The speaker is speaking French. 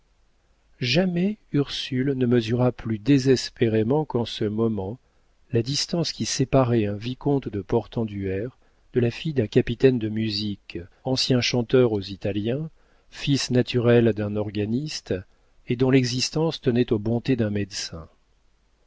jamais ursule ne mesura plus désespérément qu'en ce moment la distance qui séparait un vicomte de portenduère de la fille d'un capitaine de musique ancien chanteur aux italiens fils naturel d'un organiste et dont l'existence tenait aux bontés d'un médecin